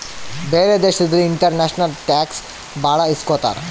ಬೇರೆ ದೇಶದಲ್ಲಿ international tax ಭಾಳ ಇಸ್ಕೊತಾರ